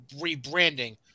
rebranding